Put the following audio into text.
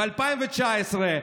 ב-2019,